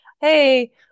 Hey